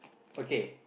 okay